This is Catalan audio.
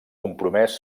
compromès